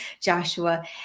Joshua